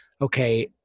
okay